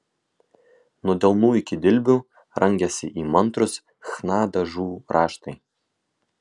nuo delnų iki dilbių rangėsi įmantrūs chna dažų raštai